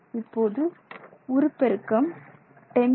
இப்போது உருப்பெருக்கம் 10x